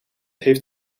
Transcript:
heeft